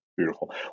Beautiful